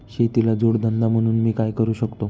शेतीला जोड धंदा म्हणून मी काय करु शकतो?